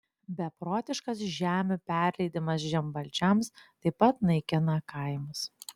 beprotiškas žemių perleidimas žemvaldžiams taip pat naikina kaimus